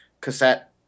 cassette